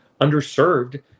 underserved